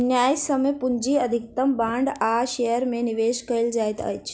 न्यायसम्य पूंजी अधिकतम बांड आ शेयर में निवेश कयल जाइत अछि